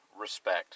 Respect